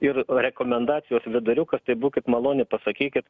ir rekomendacijos viduriukas tai būkit maloni pasakykit